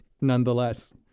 nonetheless